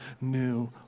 new